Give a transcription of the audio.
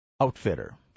Outfitter